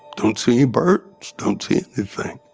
don't see any birds. don't see anything.